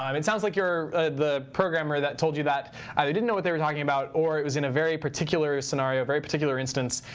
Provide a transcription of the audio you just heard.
um it sounds like the programmer that told you that either didn't know what they were talking about, or it was in a very particular scenario, very particular instance,